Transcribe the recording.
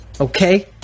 Okay